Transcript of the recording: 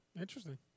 Interesting